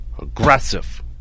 aggressive